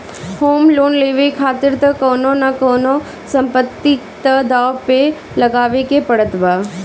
home loan लेवे खातिर तअ कवनो न कवनो संपत्ति तअ दाव पे लगावे के पड़त बा